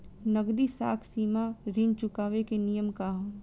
नगदी साख सीमा ऋण चुकावे के नियम का ह?